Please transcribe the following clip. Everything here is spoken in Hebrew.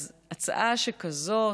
אז הצעה שכזאת,